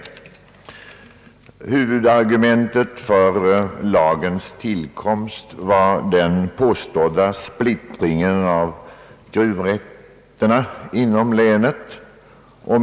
Huvudargumentet vid lagens tillkomst var den påstådda splittringen av gruvrätterna inom länet.